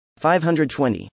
520